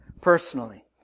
personally